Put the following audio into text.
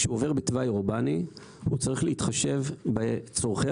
כשהוא עובר בתוואי אורבני הוא צריך להתחשב בצורכי